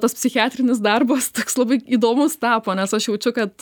tas psichiatrinis darbas labai įdomus tapo nes aš jaučiu kad